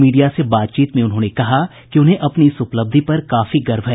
media से बातचीत में उन्होंने कहा कि उन्हें अपनी इस उपलब्धि पर काफी गर्व है